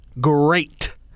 Great